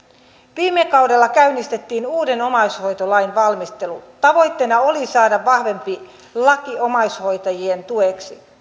viime kaudella käynnistettiin uuden omaishoitolain valmistelu tavoitteena oli saada vahvempi laki omaishoitajien tueksi